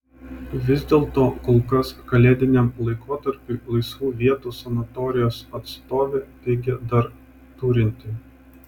vis dėlto kol kas kalėdiniam laikotarpiui laisvų vietų sanatorijos atstovė teigė dar turinti